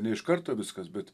ne iš karto viskas bet